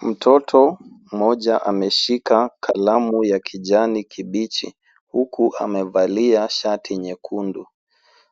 Mtoto mmoja ameshika kalamu ya kijani kibichi huku amevalia shati nyekundu.